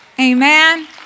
Amen